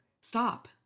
stop